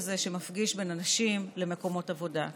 הזה שמפגיש בין אנשים למקומות עבודה.